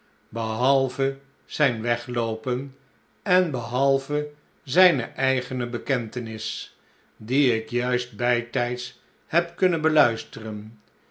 behalve zijn wegloopen en behalve zijne eigene bekentenis die ik juist bijtijds heb kunnen beluisteren